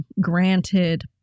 granted